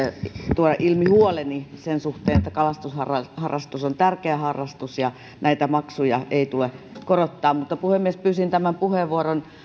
tuoda ilmi huoleni sen suhteen että kalastusharrastus on tärkeä harrastus ja näitä maksuja ei tule korottaa mutta puhemies pyysin tämän puheenvuoron